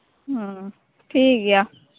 ᱦᱩᱸ ᱴᱷᱤᱠᱜᱮᱭᱟ